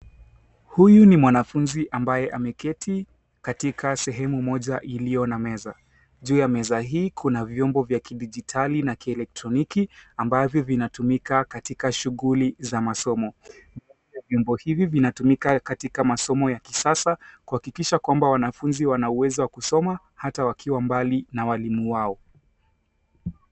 Huyu ni mwanfunzi ambaye ameketi katika sehemu moja ilio na meza, juu ya meza hii kuna vyombo vya kidijitali na kieletroniki ambavyo vina tumika katika shughuli za masomo. Vyombo hivi vinatumika katika masomo ya kisasa kwa kuhakisha kwamba wanafunzi wanaweza kusoma hata wakiwa mbali na walimu wao.